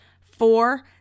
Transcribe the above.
Four